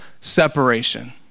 separation